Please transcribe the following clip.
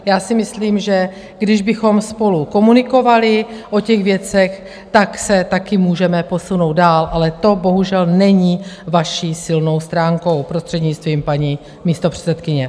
Já si myslím, že kdybychom spolu komunikovali o těch věcech, tak se také můžeme posunout dál, ale to bohužel není vaší silnou stránkou, prostřednictvím paní místopředsedkyně.